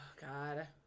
god